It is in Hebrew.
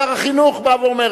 שר החינוך בא ואומר,